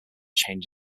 change